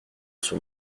sur